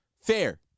fair